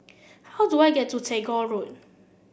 how do I get to Tagore Road